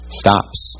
stops